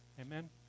Amen